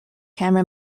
camera